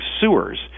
sewers